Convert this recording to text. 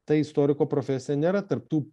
ta istoriko profesija nėra tarp tų